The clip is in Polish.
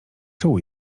czuł